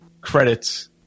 credits